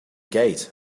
gate